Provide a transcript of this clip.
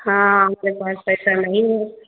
हाँ मुझे बहुत पैसा नहीं है